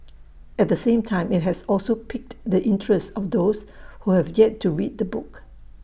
at the same time IT has also piqued the interest of those who have yet to read the book